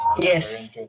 yes